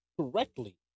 correctly